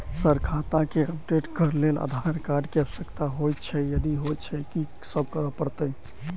Sir खाता केँ update करऽ लेल आधार कार्ड केँ आवश्यकता होइ छैय यदि होइ छैथ की सब करैपरतैय?